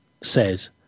says